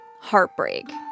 heartbreak